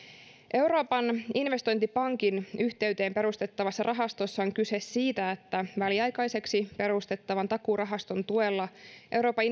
euroopan investointipankin yhteyteen perustettavassa rahastossa on kyse siitä että väliaikaiseksi perustettavan takuurahaston tuella euroopan